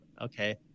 Okay